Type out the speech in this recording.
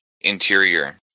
interior